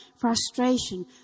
frustration